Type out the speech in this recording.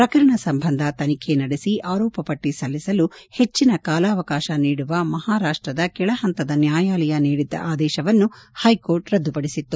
ಪ್ರಕರಣ ಸಂಬಂಧ ತನಿಖೆ ನಡೆಸಿ ಆರೋಪ ಪಟ್ಟ ಸಲ್ಲಿಸಲು ಹೆಚ್ಚಿನ ಕಾಲಾವಕಾಶ ನೀಡುವ ಮಹಾರಾಷ್ಲದ ಕೆಳ ಹಂತದ ನ್ನಾಯಾಲಯ ನೀಡಿದ್ದ ಆದೇಶವನ್ನು ಹೈಕೋರ್ಟ್ ರದ್ದುಪಡಿಸಿತ್ತು